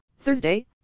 Thursday